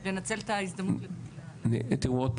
תיראו,